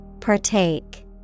partake